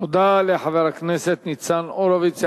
תודה לחבר הכנסת ניצן הורוביץ.